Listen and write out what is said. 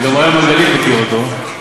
וגם אראל מרגלית מכיר אותו.